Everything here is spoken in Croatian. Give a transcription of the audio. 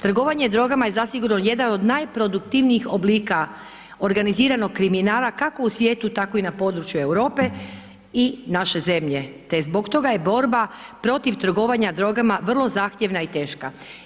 Trgovanje drogama je zasigurno jedan od najproduktivnijih oblika organiziranog kriminala kako u svijetu tako i na području Europe i naše zemlje te zbog toga je borba protiv trgovanja drogama vrlo zahtjevna i teška.